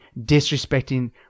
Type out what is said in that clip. disrespecting